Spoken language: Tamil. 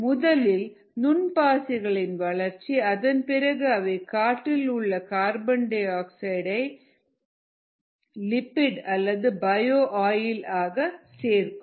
முதலில் நுண் பாசிகளின் வளர்ச்சி அதன்பிறகு அவை காற்றில் உள்ள கார்பன்டை ஆக்சைடு ஐ லிபிட் அல்லது பயோ ஆயில் ஆக சேர்க்கும்